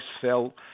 fell